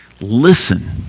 Listen